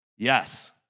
Yes